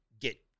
get